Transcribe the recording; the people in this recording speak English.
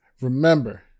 Remember